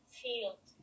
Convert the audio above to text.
field